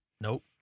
Nope